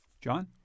John